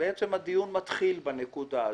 בעצם הדיון רק מתחיל בנקודה הזאת,